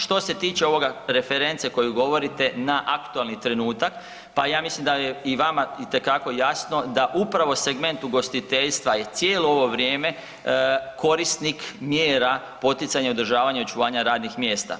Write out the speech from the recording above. Što se tiče ovoga, reference koju govorite na aktualni trenutak, pa ja mislim da je i vama itekako jasno da upravo segment ugostiteljstva je cijelo ovo vrijeme korisnik mjera poticanja i održavanja i očuvanja radnih mjesta.